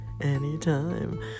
anytime